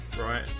right